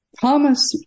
Thomas